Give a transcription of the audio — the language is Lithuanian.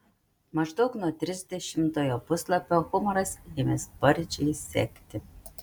maždaug nuo trisdešimtojo puslapio humoras ėmė sparčiai sekti